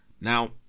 Now